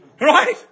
Right